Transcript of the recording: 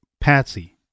Patsy